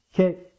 Okay